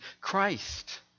Christ